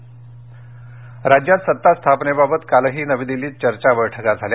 सत्ता राज्यात सत्ता स्थापनेबाबत कालही नवी दिल्लीत चर्चा बैठका झाल्या